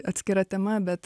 atskira tema bet